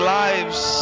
lives